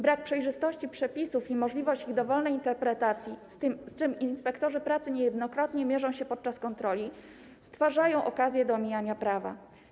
Brak przejrzystości przepisów i możliwość ich dowolnej interpretacji, z czym inspektorzy pracy niejednokrotnie mierzą się podczas kontroli, stwarzają okazję do omijania prawa.